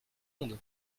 monde